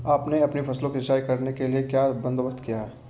आपने अपनी फसलों की सिंचाई करने के लिए क्या बंदोबस्त किए है